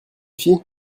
fille